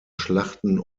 schlachten